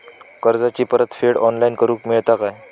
कर्जाची परत फेड ऑनलाइन करूक मेलता काय?